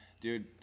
Dude